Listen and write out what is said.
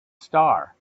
star